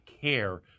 care